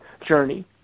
journey